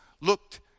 looked